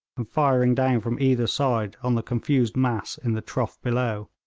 and firing down from either side on the confused mass in the trough below.